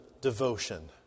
devotion